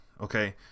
okay